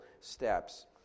steps